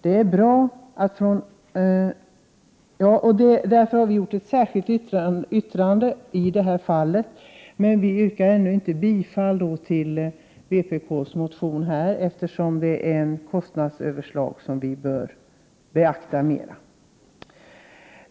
denna bakgrund har vi avgett ett särskilt yttrande. Vi yrkar dock inte bifall till vpk:s reservation i detta sammanhang, eftersom kostnadsöverslaget bör beaktas mera.